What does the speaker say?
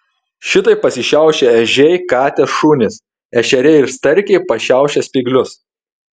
šitaip pasišiaušia ežiai katės šunys ešeriai ir starkiai pašiaušia spyglius